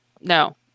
No